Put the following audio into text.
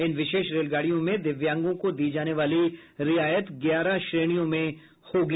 इन विशेष रेलगाड़ियों में दिव्यांगों को दी जाने वाली रियायत ग्यारह श्रेणियों में होंगी